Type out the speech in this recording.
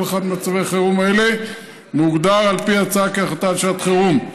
כל אחד ממצבי חירום אלה מוגדר על פי ההצעה כהחלטה על שעת חירום.